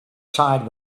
tired